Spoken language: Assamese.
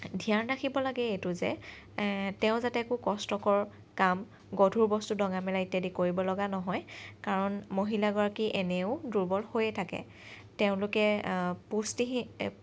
ধ্যান ৰাখিব লাগে এইটো যে তেওঁ যাতে একো কষ্টকৰ গধুৰ বস্তু ডঙা মেলা ইত্যাদি কৰিব লগা নহয় কাৰণ মহিলাগৰাকী এনেও দুৰ্বল হৈয়ে থাকে তেওঁলোকে পুষ্টি